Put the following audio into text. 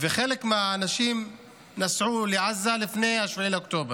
חלק מהאנשים נסעו לעזה לפני 7 באוקטובר,